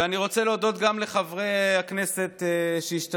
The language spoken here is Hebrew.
אני רוצה להודות גם לחברי הכנסת שהשתתפו,